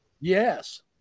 Yes